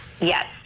Yes